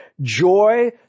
joy